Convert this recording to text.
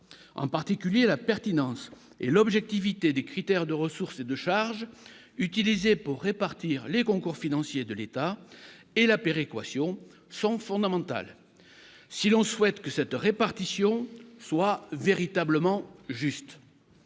en particulier la pertinence et l'objectivité des critères de ressources et de charges utilisées pour répartir les concours financiers de l'État et la péréquation sont fondamentales, si l'on souhaite que cette répartition soit véritablement juste